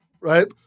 Right